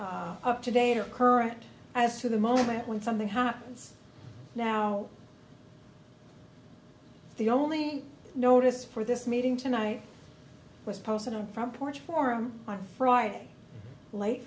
up to their current as to the moment when something happens now the only notice for this meeting tonight was posted on the front porch forum on friday late